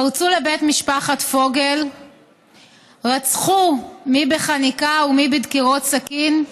הם פרצו לבית משפחת פוגל ורצחו מי בחניקה ומי בדקירות סכין,